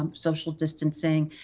um social distancing,